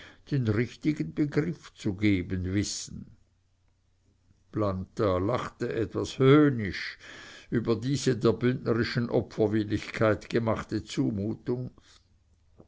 den richtigen begriff zu geben wissen planta lachte etwas höhnisch über diese der bündnerischen opferwilligkeit gemachte zumutung